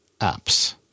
apps